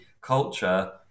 culture